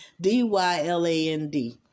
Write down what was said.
D-Y-L-A-N-D